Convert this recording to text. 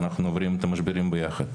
ואנחנו עוברים את המשברים ביחד.